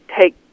take